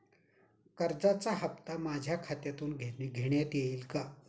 कर्जाचा हप्ता माझ्या खात्यातून घेण्यात येईल का?